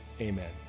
Amen